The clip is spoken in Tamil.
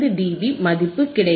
5dB மதிப்பு கிடைக்கும்